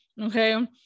okay